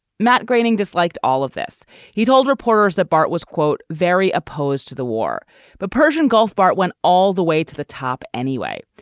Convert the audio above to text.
matt groening disliked all of this he told reporters that bart was quote very opposed to the war but persian gulf. bart went all the way to the top anyway.